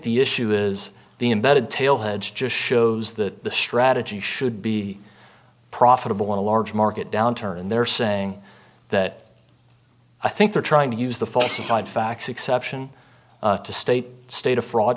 the issue is the embedded tale heads just shows that the strategy should be profitable in a large market downturn and they're saying that i think they're trying to use the falsified facts exception to state state a fraud